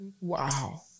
Wow